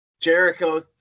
Jericho